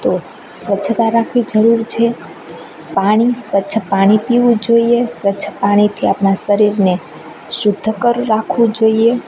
તો સ્વચ્છતા રાખવી જરૂર છે પાણી સ્વચ્છ પાણી પીવું જોઈએ સ્વચ્છ પાણીથી આપણા શરીરને શુધ્ધ કરી રાખવું જોઈએ